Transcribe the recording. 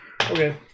Okay